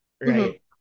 right